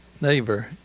neighbor